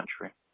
country